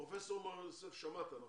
פרופ' מור יוסף, שמעת את